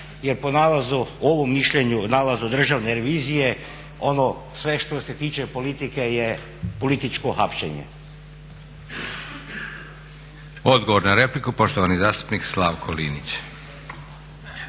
jer po nalazu i ovom mišljenju Državne revizije ono sve što se tiče politike je političko hapšenje. **Leko, Josip (SDP)** Odgovor na repliku poštovani zastupnik Slavko Linić.